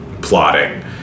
plotting